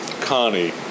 Connie